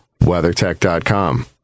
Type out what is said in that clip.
WeatherTech.com